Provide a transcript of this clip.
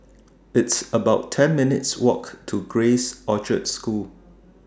It's about ten minutes' Walk to Grace Orchard School